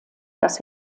dass